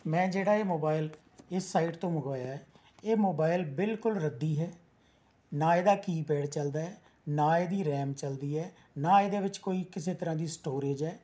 ਮੈਂ ਜਿਹੜਾ ਇਹ ਮੋਬਾਇਲ ਇਸ ਸਾਈਟ ਤੋਂ ਮੰਗਵਾਇਆ ਏ ਇਹ ਮੋਬਾਇਲ ਬਿਲਕੁਲ ਰੱਦੀ ਹੈ ਨਾ ਇਹਦਾ ਕੀਪੈਡ ਚੱਲਦਾ ਹੈ ਨਾ ਇਹਦੀ ਰੈਮ ਚਲਦੀ ਹੈ ਨਾ ਇਹਦੇ ਵਿੱਚ ਕੋਈ ਕਿਸੇ ਤਰ੍ਹਾਂ ਦੀ ਸਟੋਰੇਜ ਹੈ